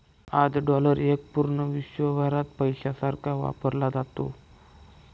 आज डॉलर एक पूर्ण विश्वभरात पैशासारखा वापरला जातो